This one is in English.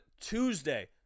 Tuesday